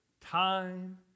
time